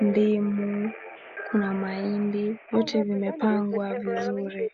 ndimu, kuna mahindi. Vyote vimepangwa vizuri.